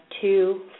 two